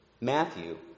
Matthew